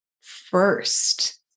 first